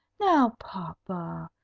now, papa!